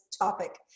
topic